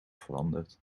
veranderd